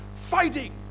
fighting